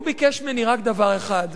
הוא ביקש ממני רק דבר אחד.